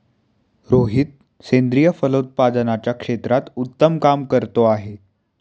रोहित सेंद्रिय फलोत्पादनाच्या क्षेत्रात उत्तम काम करतो आहे